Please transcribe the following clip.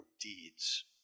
deeds